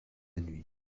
nuit